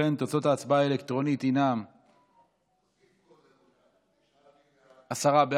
להעביר את הצעת חוק הביטוח הלאומי (תיקון מס' 224,